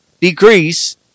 decrease